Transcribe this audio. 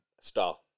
style